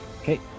okay